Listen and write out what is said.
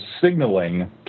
signaling